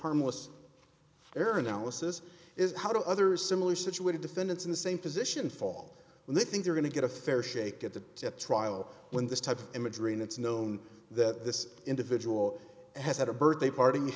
harmless error analysis is how do others similarly situated defendants in the same position fall when they think they're going to get a fair shake at the trial when this type of imagery and it's known that this individual has had a birthday part